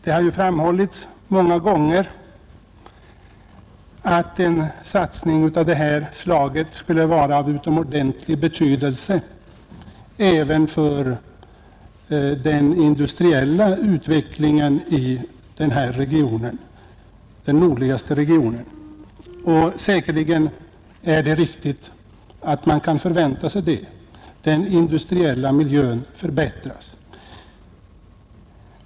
Det har många gånger framhållits att en satsning av det slag som det här gäller skulle vara av utomordentlig betydelse även för den industriella utvecklingen i den nordligaste regionen, och det är helt säkert riktigt att den industriella miljön då skulle förbättras.